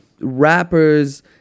rappers